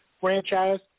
franchise